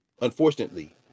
unfortunately